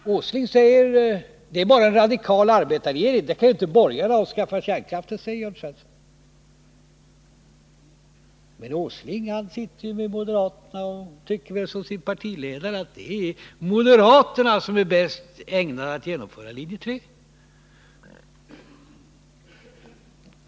Jörn Svensson säger att det bara är en radikal arbetarregering, inte borgarna, som kan avskaffa kärnkraften. Men herr Åsling sitter ju i regeringen tillsammans med moderaterna och tycker väl som sin partiledare, att det är moderaterna som är bäst ägnade att genomföra linje 3.